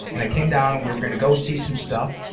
and i came down. we were gonna go see some stuff.